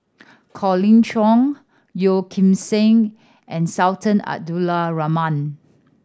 Colin Cheong Yeo Kim Seng and Sultan Abdul Rahman